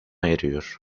eriyor